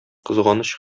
кызганыч